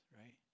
right